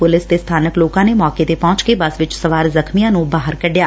police ਤੇ ਸਬਾਨਕ ਲੋਕਾ ਨੇ ਮੌਕੇ ਤੇ ਪਹੁੰਚ ਕੇ ਬੱਸ ਵਿਚ ਸਵਾਰ ਜ਼ਖ਼ਮੀਆ ਨੂੰ ਬਾਹਰ ਕੱਢਿਆ